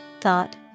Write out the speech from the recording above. thought